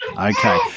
Okay